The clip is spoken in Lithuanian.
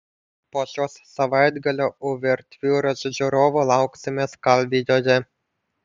po šios savaitgalio uvertiūros žiūrovų lauksime skalvijoje